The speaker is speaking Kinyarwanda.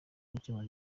gukemura